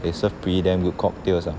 they serve pretty damn good cocktails ah